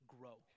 grow